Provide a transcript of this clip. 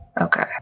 Okay